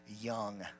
young